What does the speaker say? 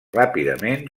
ràpidament